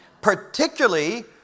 Particularly